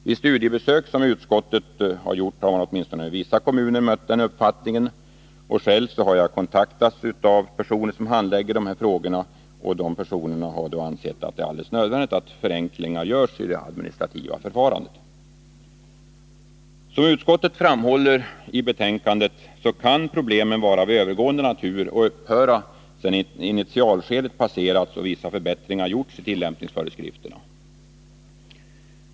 Vid studiebesök har utskottet åtminstone i vissa kommuner mött denna uppfattning. Själv har jag kontaktats av personer. som handlägger sådana ärenden, och de har ansett det alldeles nödvändigt att förenklingar genomförs i det administrativa förfarandet. Som utskottet framhåller i betänkandet kan problemen vara av övergående natur och upphöra, sedan initialskedet passerats och vissa förbättringar gjorts i tillämpningsföreskrifterna.